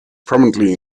prominently